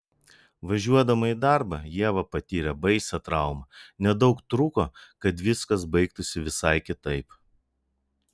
važiuodama į darbą ieva patyrė baisią traumą nedaug trūko kad viskas baigtųsi visai kitaip